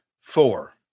Four